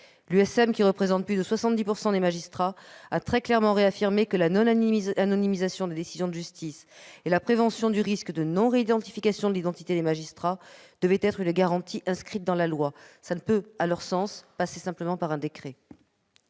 L'USM, qui représente plus de 70 % des magistrats, l'a très clairement réaffirmé : la non-anonymisation des décisions de justice et la prévention du risque de non-réidentification des magistrats devaient être des garanties inscrites dans la loi. Dès lors, une telle disposition ne peut passer simplement par un décret.